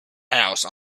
house